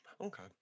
Okay